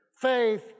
Faith